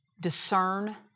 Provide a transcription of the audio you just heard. discern